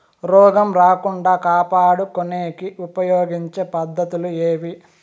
రోగం రాకుండా కాపాడుకునేకి ఉపయోగపడే పద్ధతులు ఏవి?